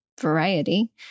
variety